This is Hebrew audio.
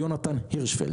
היושב ראש,